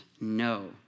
no